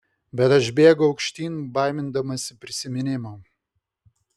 bet aš bėgau aukštyn baimindamasi prisiminimų